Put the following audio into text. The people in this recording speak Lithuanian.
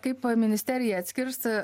kaip ministerija atskirs